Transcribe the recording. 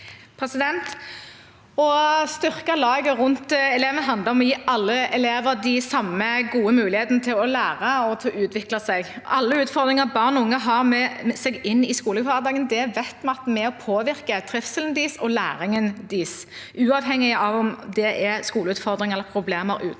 Å styrke la- get rundt elevene handler om å gi alle elever de samme gode mulighetene til å lære og utvikle seg. Alle utfordringer barn og unge har med seg inn i skolehverdagen, vet vi er med og påvirker trivselen og læringen deres, uavhengig av om det er skoleutfordringer eller problemer utenfor